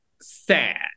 sad